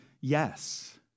yes